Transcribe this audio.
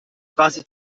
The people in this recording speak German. quasi